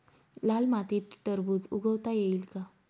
लाल मातीत टरबूज उगवता येईल का?